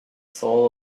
soul